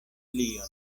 plion